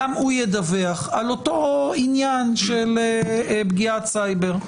גם הוא ידווח על אותו עניין של פגיעת סייבר.